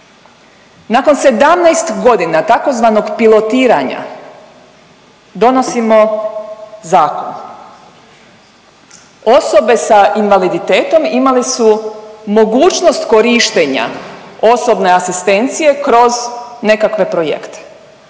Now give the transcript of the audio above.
Nakon 17 godina tzv. pilotiranja donosimo zakon. Osobe sa invaliditetom imale su mogućnost korištenja osobne asistencije kroz nekakve projekte.